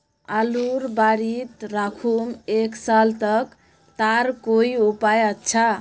आलूर बारित राखुम एक साल तक तार कोई उपाय अच्छा?